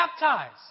baptized